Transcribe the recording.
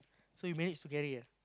so you managed to carry ah